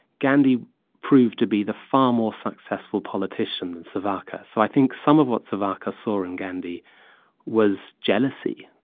gandhi proved to be the far more successful politician than savarkar. so i think some of what savarkar saw in gandhi was jealousy.